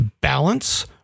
balance